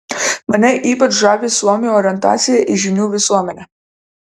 mane ypač žavi suomių orientacija į žinių visuomenę